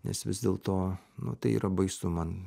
nes vis dėlto nu tai yra baisu man